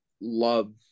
love